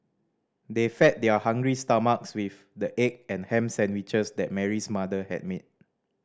they fed their hungry stomachs with the egg and ham sandwiches that Mary's mother had made